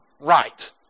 Right